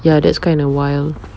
ya that's kind of wild